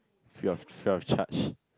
free of free of charge